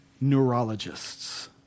neurologists